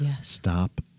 Stop